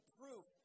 proof